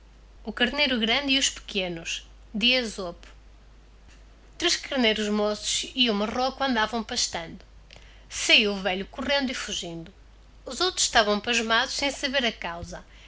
o carneiro grande e pequenos três carneiros moços e hum marreco andavão pastando sahio o velho correndo e fugindo os outros estavão pasmados sem saber a causa